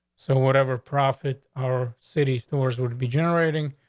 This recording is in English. so whatever profit our city stores would be generating,